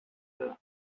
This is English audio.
zest